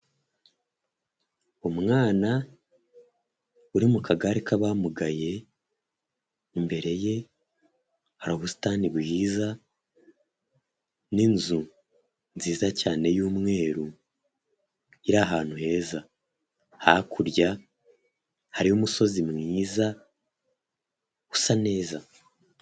Umwana uri mu kagari k'abamugaye imbere ye hari ubusitani bwiza n'inzu nziza cyane y'umweru iri ahantu heza hakurya hariyo umusozi mwiza usa neza.